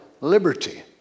liberty